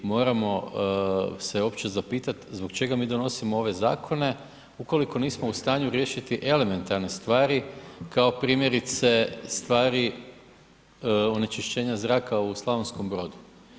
I moramo se uopće zapitati zbog čega mi donosimo ove zakone ukoliko nismo u stanju riješiti elementarne stvari kao primjerice stvari onečišćenja zraka u Slavonskom Brodu.